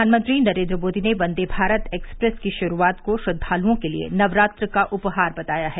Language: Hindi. प्रधानमंत्री नरेन्द्र मोदी ने वंदे भारत एक्सप्रेस की शुरूआत को श्रद्वालुओं के लिए नवरात्र का उपहार बताया है